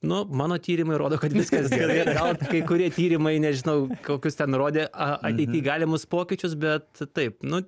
nu mano tyrimai rodo kad viskas gerai gal kai kurie tyrimai nežinau kokius ten rodė ateity galimus pokyčius bet taip nu